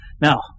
Now